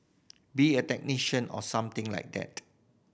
be a technician or something like that